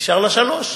נשארו לה שלוש.